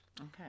Okay